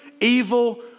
evil